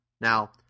Now